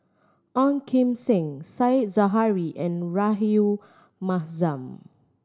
Ong Kim Seng Said Zahari and Rahayu Mahzam